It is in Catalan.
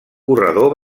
corredor